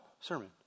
sermon